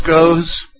goes